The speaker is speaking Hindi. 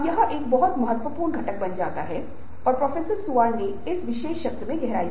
अगला एक और हर्ज़बर्ग का सिद्धांत है जो एक दो कारक सिद्धांत है सिद्धांत कारक हैं आंतरिक और बाहरी हैं